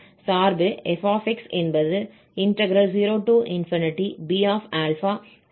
சார்பு f என்பது 0Bsin αx d∝